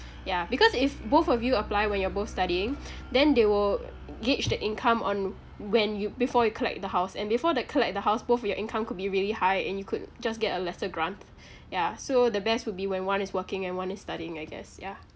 ya because if both of you apply when you're both studying then they will gauge the income on when you before you collect the house and before you collect the house both of your income could be really high and you could just get a lesser grant yeah so the best would be when one is working and one is studying I guess yeah